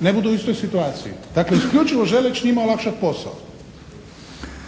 ne budu u istoj situaciji. Dakle, isključivo želeći njima olakšati posao.